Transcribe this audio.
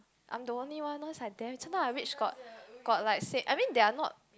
I'm the only one loh sometimes I wish got got like same I mean they're not